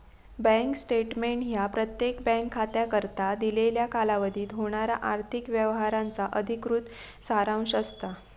bank statement ह्या प्रत्येक bank खात्याकरता दिलेल्या कालावधीत होणारा आर्थिक व्यवहारांचा अधिकृत सारांश असता